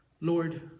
lord